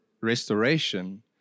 restoration